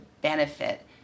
benefit